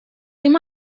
him